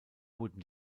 wurden